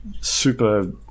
super